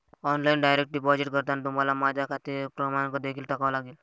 online direct deposit करताना तुम्हाला माझा खाते क्रमांक देखील टाकावा लागेल